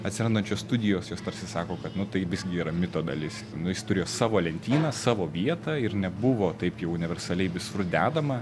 atsirandančios studijos jos tarsi sako kad nu tai visgi yra mito dalis nu jis turėjo savo lentyną savo vietą ir nebuvo taip jau universaliai visur dedama